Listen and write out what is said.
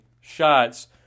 shots